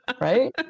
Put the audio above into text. Right